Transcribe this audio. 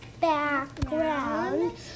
background